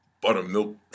buttermilk